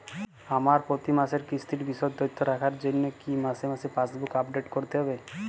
আমার প্রতি মাসের কিস্তির বিশদ তথ্য রাখার জন্য কি মাসে মাসে পাসবুক আপডেট করতে হবে?